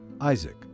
Isaac